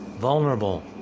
Vulnerable